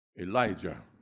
Elijah